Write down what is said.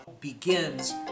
Begins